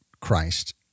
christ